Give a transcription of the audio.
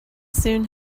soon